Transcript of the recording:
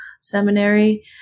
Seminary